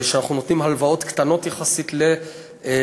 שבה אנחנו נותנים הלוואות קטנות יחסית ליזמיות,